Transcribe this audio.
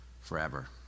forever